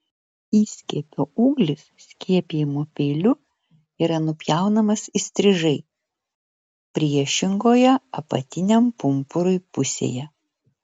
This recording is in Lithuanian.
įskiepio ūglis skiepijimo peiliu yra nupjaunamas įstrižai priešingoje apatiniam pumpurui pusėje